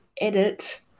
edit